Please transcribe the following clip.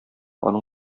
аның